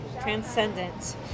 Transcendent